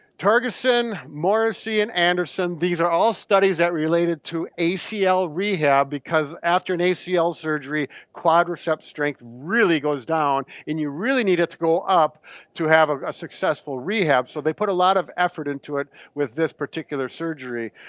tergison, morrissey and anderson. these are all studies that related to acl rehab because after an acl surgery, quadricep strength really goes down, and you really need it to go up to have a successful rehab. so they put a lot of effort into it with this particular surgery.